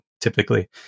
typically